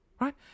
Right